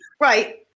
Right